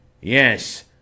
Yes